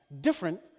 different